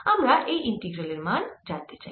আমরা এই ইন্টিগ্রালের মান জানতে চাই